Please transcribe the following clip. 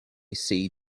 see